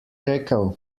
rekel